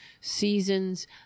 seasons